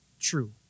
true